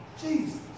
Jesus